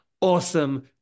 awesome